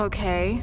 Okay